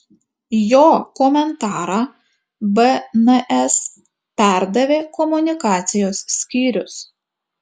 jo komentarą bns perdavė komunikacijos skyrius